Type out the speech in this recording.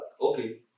okay